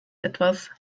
etwas